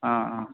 ஆ ஆ